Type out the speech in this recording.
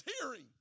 Hearing